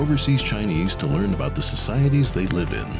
overseas chinese to learn about the societies they live in